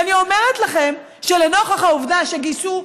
ואני אומרת לכם שלנוכח העובדה שגייסו,